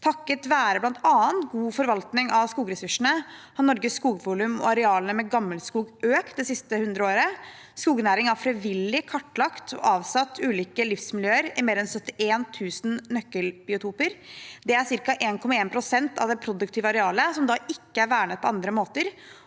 Takket være bl.a. god forvaltning av skogressursene har Norges skogvolum og arealene med gammel skog økt de siste hundre årene. Skognæringen har frivillig kartlagt og avsatt ulike livsmiljøer i mer enn 71 000 nøkkelbiotoper. Det er ca. 1,1 pst. av det produktive arealet, som da ikke er vernet på andre måter